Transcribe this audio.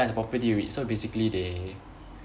ya it's a property so basically they